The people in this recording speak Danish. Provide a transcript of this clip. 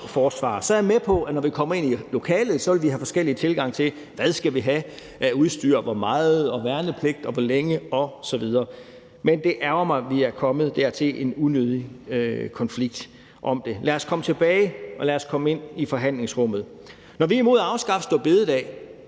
forsvar. Så er jeg med på, at når vi kommer ind i lokalet, vil vi have forskellige tilgange til, hvad og hvor meget vi skal have af udstyr, til længden af værnepligten osv. Men det ærgrer mig, at vi er kommet i en unødig konflikt om det. Lad os komme tilbage på sporet, og lad os komme ind i forhandlingsrummet. Når vi er imod at afskaffe store bededag,